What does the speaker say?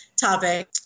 topic